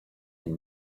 and